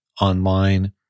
online